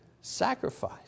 sacrifice